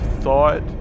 thought